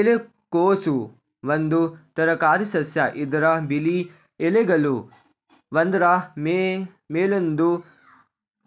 ಎಲೆಕೋಸು ಒಂದು ತರಕಾರಿಸಸ್ಯ ಇದ್ರ ಬಿಳಿ ಎಲೆಗಳು ಒಂದ್ರ ಮೇಲೊಂದು